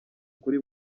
kuri